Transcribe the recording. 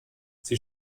sie